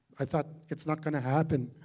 i thought, it's not going to happen.